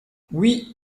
oui